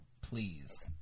Please